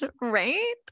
right